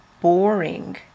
boring